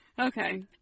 Okay